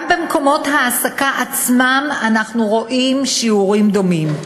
גם במקומות ההעסקה עצמם אנחנו רואים שיעורים דומים.